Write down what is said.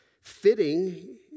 fitting